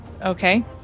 Okay